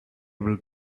able